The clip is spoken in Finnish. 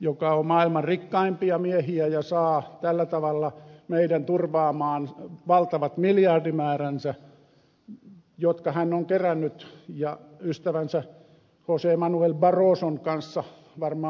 joka on maailman rikkaimpia miehiä ja saa tällä tavalla meidät turvaamaan valtavat miljardimääränsä jotka hän on kerännyt ja ystävänsä jose manuel barroson kanssa varmaan sopinut